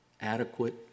adequate